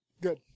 good